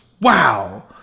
Wow